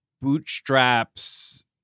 bootstraps